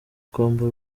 kwambara